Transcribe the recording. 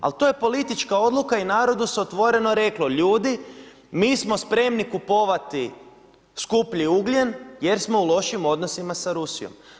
Ali to je politička odluka i narodu se otvoreno reklo, ljudi mi smo spremni kupovati skuplji ugljen jer smo u lošim odnosima sa Rusijom.